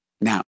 Now